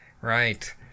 Right